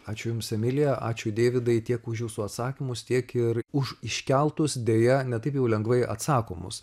ačiū jums emilija ačiū deividai tiek už jūsų atsakymus tiek ir už iškeltus deja ne taip jau lengvai atsakomus